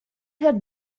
had